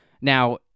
Now